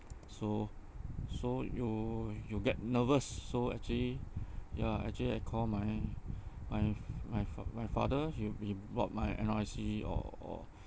so so you you get nervous so actually ya actually I call my my fa~ my fa~ my father he he brought my N_R_I_C or or